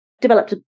developed